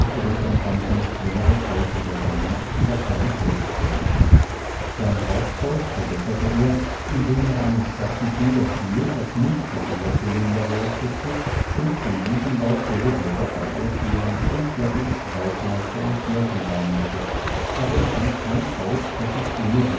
empfanden wenn er das haus wieder verließ und auf seine plätte zog sein rauchzeug verbesserte er indem er einen starken federkiel als mundstück in das holunderrohr steckte und dem buchenlaub dürre blätter von erdbeeren huflattich waldmeister und birken beimischte aber er fand kein kraut das sich ohne